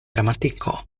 gramatiko